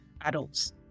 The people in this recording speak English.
adults